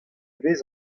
vez